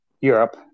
Europe